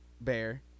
bear